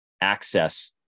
access